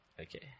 Okay